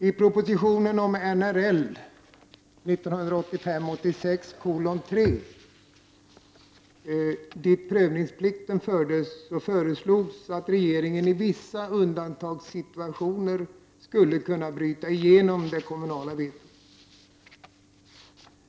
I proposition 1985/86:3 om naturresurslagen, dit prövningsplikten fördes, föreslogs att regeringen i vissa undantagssituationer skulle kunna bryta igenom det kommunala vetot.